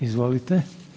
Izvolite.